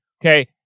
Okay